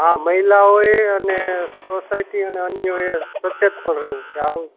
હા મહિલાઓએ અને સોસાયટીના અન્યોએ સચેત રહેવું કે આવું